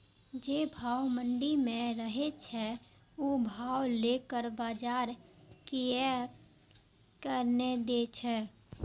जे भाव मंडी में रहे छै ओ भाव लोकल बजार कीयेक ने दै छै?